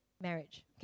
marriage